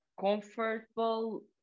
comfortable